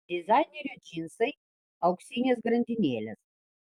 dizainerio džinsai auksinės grandinėlės